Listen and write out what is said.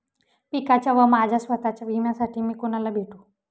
पिकाच्या व माझ्या स्वत:च्या विम्यासाठी मी कुणाला भेटू?